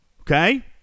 Okay